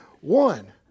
one